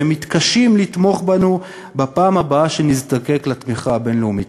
והם יתקשו לתמוך בנו בפעם הבאה שנזדקק לתמיכה הבין-לאומית.